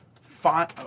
five